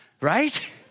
right